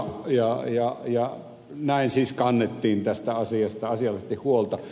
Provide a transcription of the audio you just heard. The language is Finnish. näin siis kannettiin tästä asiasta asiallisesti huolta